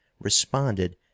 RESPONDED